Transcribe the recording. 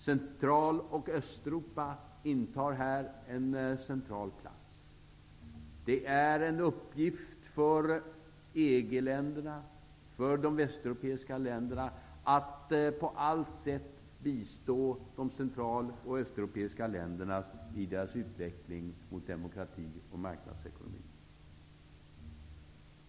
Central och Östeuropa intar här en central plats. Det är en uppgift för EG länderna, för de västeuropeiska länderna att på allt sätt bistå de central och östeuropeiska länderna i deras utveckling mot demokrati och marknadsekonomi.